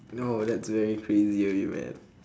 no that's very crazy of you man